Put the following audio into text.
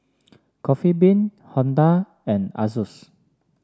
Coffee Bean Honda and Asus